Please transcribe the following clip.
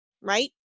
right